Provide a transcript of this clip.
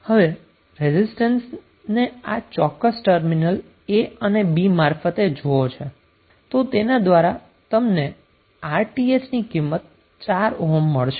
હવે રેઝિસ્ટન્સને આ ચોક્કસ ટર્મિનલ a અને b મારફતે જોવો છો અને તેના દ્વારા તમને RTh ની કિંમત 4 ઓહ્મ મળશે